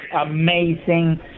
amazing